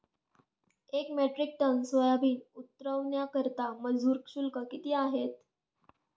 एक metric ton soybean उतरवण्याकरता मजूर शुल्क किती आहे?